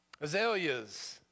Azaleas